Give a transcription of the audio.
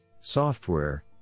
Software